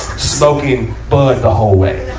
smoking bud the whole way.